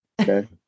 okay